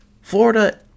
florida